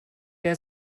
der